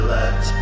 let